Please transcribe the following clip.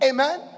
Amen